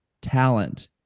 talent